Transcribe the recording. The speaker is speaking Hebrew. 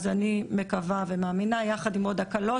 אז אני מקווה ומאמינה שיחד עם עוד הקלות